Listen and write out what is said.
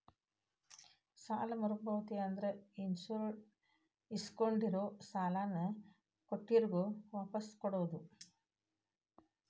ಸಾಲ ಮರುಪಾವತಿ ಅಂದ್ರ ಇಸ್ಕೊಂಡಿರೋ ಸಾಲಾನ ಸಾಲ ಕೊಟ್ಟಿರೋರ್ಗೆ ವಾಪಾಸ್ ಕೊಡೋದ್